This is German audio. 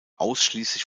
ausschließlich